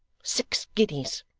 six guineas